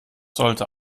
sollte